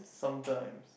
sometimes